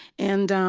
and